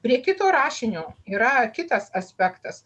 prie kito rašinio yra kitas aspektas